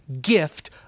gift